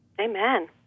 amen